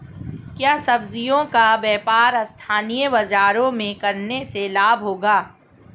क्या सब्ज़ियों का व्यापार स्थानीय बाज़ारों में करने से लाभ होगा?